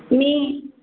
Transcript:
मी